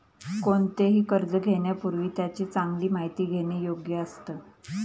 कोणतेही कर्ज घेण्यापूर्वी त्याची चांगली माहिती घेणे योग्य असतं